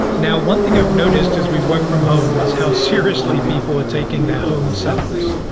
now, one thing i've noticed as we work from home is how seriously people are taking their home setups,